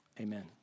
amen